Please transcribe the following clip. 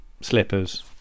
slippers